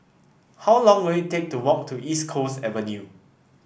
how long will it take to walk to East Coast Avenue